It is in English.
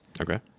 Okay